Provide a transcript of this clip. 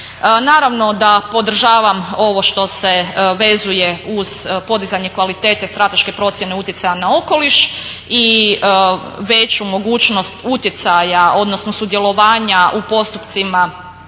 Naravno da podržavam ovo što se vezuje uz podizanje kvalitete strateške procjene utjecaja na okoliš i veću mogućnost utjecaja, odnosno sudjelovanja u postupcima